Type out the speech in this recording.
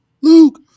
Luke